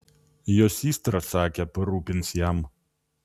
jo systra sakė parūpins jam